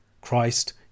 Christ